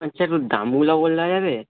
আচ্ছা দামগুলো বলা যাবে